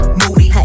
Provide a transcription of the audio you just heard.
moody